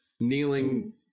kneeling